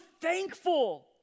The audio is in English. thankful